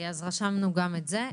רשמנו גם את זה.